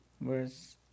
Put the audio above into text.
verse